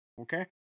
Okay